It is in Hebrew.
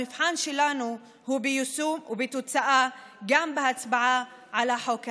המבחן שלנו הוא ביישום ובתוצאה גם בהצבעה על החוק הזה.